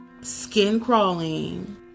skin-crawling